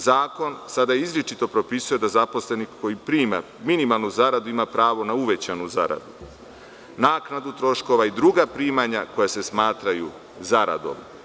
Zakon sada izričito propisuje da zaposleni koji prima minimalnu zaradu ima pravo na uvećanu zaradu, naknadu troškova i druga primanja koja se smatraju zaradom.